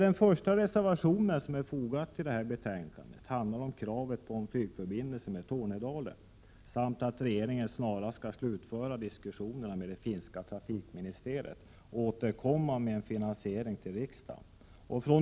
I reservation 1 tas kravet på att en flygförbindelse med Tornedalen inrättas samt att regeringen snarast skall slutföra diskussionerna med det finska trafikministeriet och återkomma med finansieringsförslag till riksdagen upp.